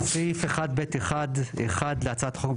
סעיף 1(ב1)(1) להצעת החוק,